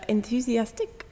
Enthusiastic